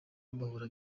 bahora